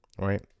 right